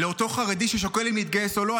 לאותו חרדי ששוקל אם להתגייס או לא,